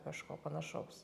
kažko panašaus